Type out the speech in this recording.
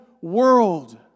world